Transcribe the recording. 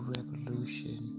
Revolution